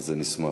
נשמח.